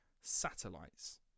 satellites